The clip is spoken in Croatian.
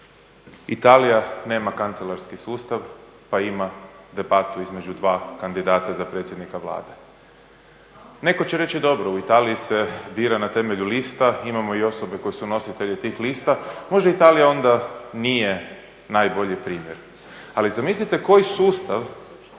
Italija nema kancelarski sustav pa ima debatu između dva kandidata za predsjednika Vlade. Netko će reći dobro, u Italiji se bira na temelju lista, imamo i osobe koje su nositelji tih lista, možda Italija onda nije najbolji primjer. Ali zamislite koji sustav